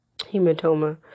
hematoma